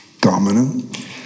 dominant